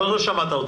לא, לא שמעת אותי.